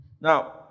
now